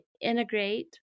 integrate